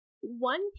One